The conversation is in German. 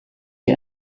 die